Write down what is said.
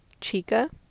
Chica